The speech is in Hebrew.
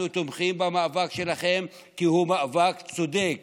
אנחנו תומכים במאבק שלכם, כי הוא מאבק צודק.